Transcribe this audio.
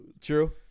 true